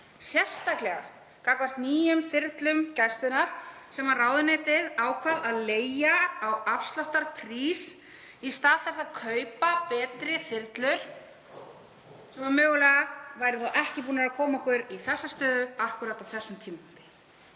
sérstaklega nýjum þyrlum hennar sem ráðuneytið ákvað að leigja á afsláttarprís í stað þess að kaupa betri þyrlur sem mögulega væru þá ekki búnar að koma okkur í þessa stöðu akkúrat á þessum tímapunkti.